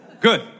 Good